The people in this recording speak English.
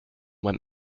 went